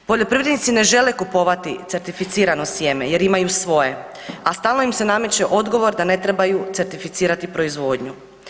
Poljoprivrednici ne žele kupovati certificirano sjeme jer imaju svoje, a stalno im se nameće odgovor da ne trebaju certificirati proizvodnju.